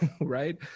Right